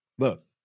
Look